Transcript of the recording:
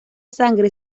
sangre